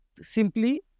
Simply